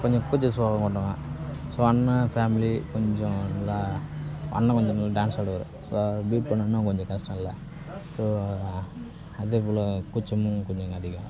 கொஞ்சம் கூச்ச சுபாவம் கொண்டவன் ஸோ அண்ணன் ஃபேமிலி கொஞ்சம் நல்லா அண்ணன் கொஞ்சம் நல்லா டான்ஸ் ஆடுவார் ஸோ அதை பீட் பண்ணணுன்னால் கொஞ்சம் கஷ்டம்லை ஸோ அதேபோல கூச்சமும் கொஞ்சம் அதிகம்